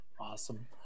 Awesome